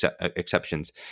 exceptions